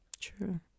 True